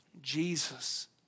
Jesus